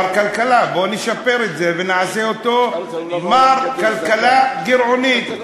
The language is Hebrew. "מר כלכלה" בוא נשפר את זה ונעשה אותו "מר כלכלה גירעונית".